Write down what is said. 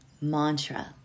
mantra